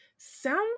sound